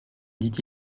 dit